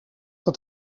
het